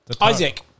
Isaac